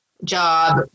job